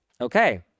Okay